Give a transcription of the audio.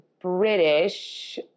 British